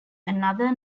another